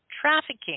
Trafficking